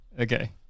Okay